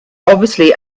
obviously